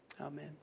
amen